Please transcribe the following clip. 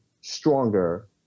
stronger